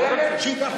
אינו נוכח איילת שקד,